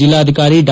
ಜಿಲ್ಲಾಧಿಕಾರಿ ಡಾ